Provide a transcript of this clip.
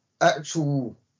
actual